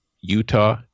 Utah